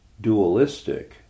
dualistic